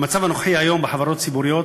במצב הנוכחי היום בחברות הציבוריות,